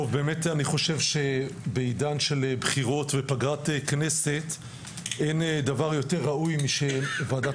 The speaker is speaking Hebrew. אני חושב שבעידן של בחירות ופגרת כנסת אין דבר יותר ראוי מאשר שוועדת